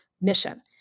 mission